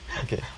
okay